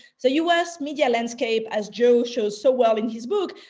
so u s. media landscape, as joe shows so well in his book,